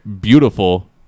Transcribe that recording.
Beautiful